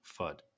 FUD